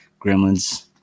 gremlins